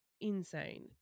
insane